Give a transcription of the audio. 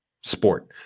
sport